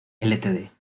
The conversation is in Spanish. ltd